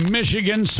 Michigan